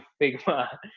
Figma